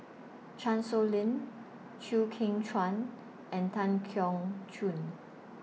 Chan Sow Lin Chew Kheng Chuan and Tan Keong Choon